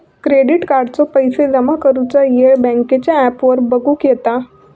credit कार्डाचो पैशे जमा करुचो येळ बँकेच्या ॲपवर बगुक येता